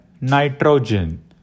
nitrogen